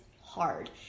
hard